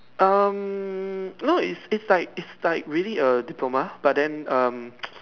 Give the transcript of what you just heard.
um no it's it's like it's like really a diploma but then um